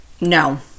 No